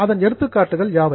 அதன் எடுத்துக்காட்டுகள் யாவை